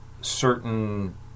certain